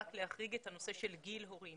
רק להחריג את הנושא של גיל הורים.